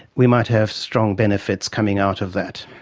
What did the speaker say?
we might have strong benefits coming out of that.